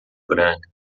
branca